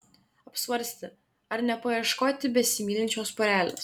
apsvarstė ar nepaieškoti besimylinčios porelės